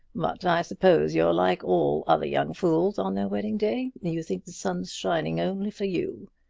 but i suppose you're like all other young fools on their wedding day you think the sun's shining only for you!